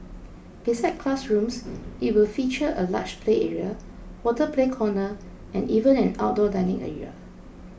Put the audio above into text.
besides classrooms it will feature a large play area water play corner and even an outdoor dining area